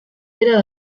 bera